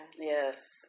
Yes